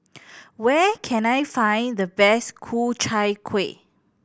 where can I find the best Ku Chai Kuih